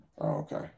Okay